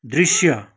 दृश्य